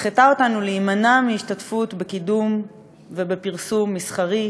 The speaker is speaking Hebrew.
הנחתה אותנו להימנע מהשתתפות בקידום ובפרסום מסחרי,